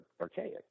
archaic